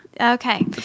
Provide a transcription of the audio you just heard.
Okay